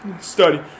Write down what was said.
study